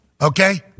okay